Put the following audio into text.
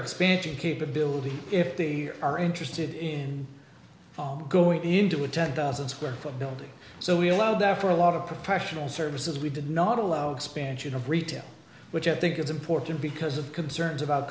expansion capability if they are interested in going into a ten thousand square foot building so we allowed after a lot of professional services we did not allow expansion of retail which i think is important because of concerns about